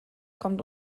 kommt